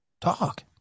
talk